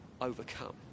overcome